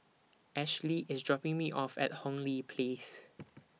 Ashlea IS dropping Me off At Hong Lee Place